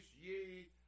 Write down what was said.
ye